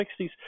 60s